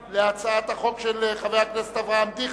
של חבר הכנסת גדעון עזרא,